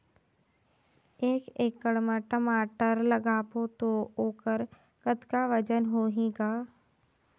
एक एकड़ म टमाटर लगाबो तो ओकर कतका वजन होही ग?